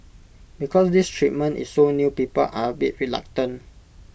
because this treatment is so new people are A bit reluctant